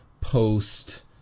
post